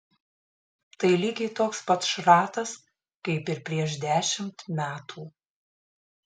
tai lygiai toks pat šratas kaip ir prieš dešimt metų